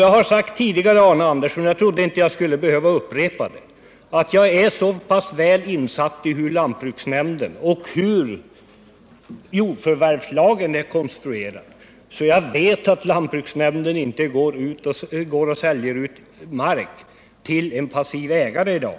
Jag har sagt tidigare och jag trodde inte att jag skulle behöva upprepa det, att jag är så pass väl insatt i både hur lantbruksnämnderna fungerar och hur jordförvärvslagen är konstruerad för att jag skall veta att lantbruksnämnderna inte säljer ut mark till passiva ägare i dag.